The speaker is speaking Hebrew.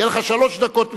יהיו לך שלוש דקות מלאות.